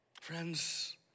Friends